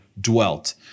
dwelt